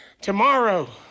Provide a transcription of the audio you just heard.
tomorrow